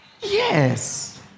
Yes